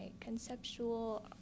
conceptual